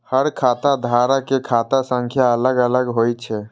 हर खाता धारक के खाता संख्या अलग अलग होइ छै